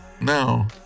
Now